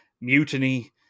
mutiny